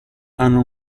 hanno